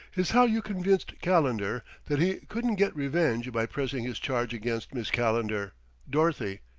is how you convinced calendar that he couldn't get revenge by pressing his charge against miss calendar dorothy.